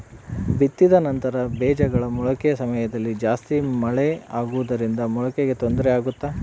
ಬಿತ್ತಿದ ನಂತರ ಬೇಜಗಳ ಮೊಳಕೆ ಸಮಯದಲ್ಲಿ ಜಾಸ್ತಿ ಮಳೆ ಆಗುವುದರಿಂದ ಮೊಳಕೆಗೆ ತೊಂದರೆ ಆಗುತ್ತಾ?